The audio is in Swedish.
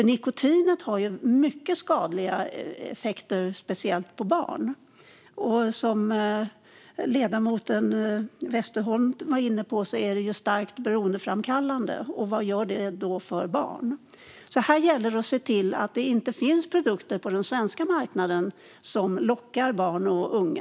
Nikotinet har ju mycket skadliga effekter, speciellt på barn. Som ledamoten Westerholm var inne på är det också starkt beroendeframkallande, och vad gör det då för barn? Här gäller det att se till att det inte finns produkter på den svenska marknaden som lockar barn och unga.